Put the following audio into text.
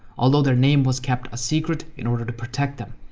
although, their name was kept a secret, in order to protect them.